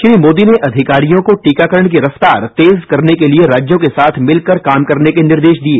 श्री मोदी ने अधिकारियों को टीकाकरण की रफ्तार तेज करने के लिए राज्यों के साथ मिलकर काम करने के निर्देश दिए